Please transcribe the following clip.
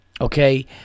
okay